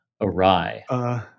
Awry